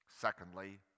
Secondly